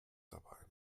dabei